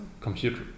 computer